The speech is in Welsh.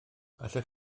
allech